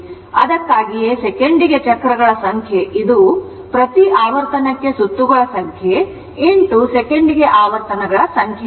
ಅದಕ್ಕಾಗಿಯೇ ಸೆಕೆಂಡಿಗೆ ಚಕ್ರಗಳ ಸಂಖ್ಯೆ ಇದು ಪ್ರತಿ ಆವರ್ತನಕ್ಕೆ ಸುತ್ತುಗಳ ಸಂಖ್ಯೆ ಸೆಕೆಂಡಿಗೆ ಆವರ್ತನಗಳ ಸಂಖ್ಯೆಯಾಗಿದೆ